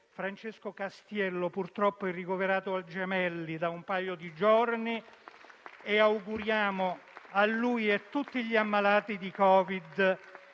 Francesco Castiello purtroppo è ricoverato al Gemelli da un paio di giorni: facciamo a lui e a tutti gli ammalati di Covid-19